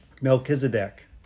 Melchizedek